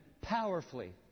powerfully